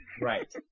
Right